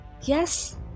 Yes